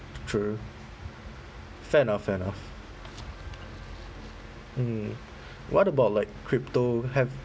true fair enough fair enough mm what about like crypto have